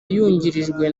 yungirijwe